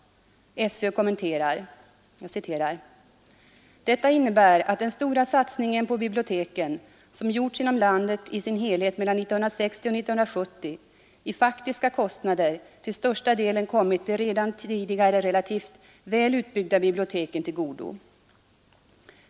SÖ kommenterar: ”Detta innebär att den stora satsningen på biblioteken, som gjorts inom landet i sin helhet mellan 1960 och 1970, i faktiska kostnader till största delen kommit de redan tidigare relativt väl utbyggda biblioteken till godo.